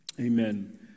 Amen